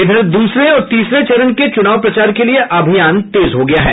इधर दूसरे और तीसर चरण के चूनाव प्रचार के लिए अभियान तेज हो गया है